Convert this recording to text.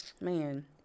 man